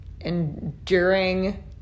enduring